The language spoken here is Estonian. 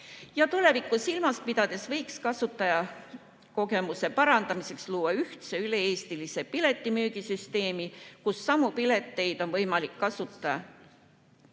Tulevikku silmas pidades võiks kasutajakogemuse parandamiseks luua ühtse üle-eestilise piletimüügisüsteemi, kus samu pileteid on võimalik kasutada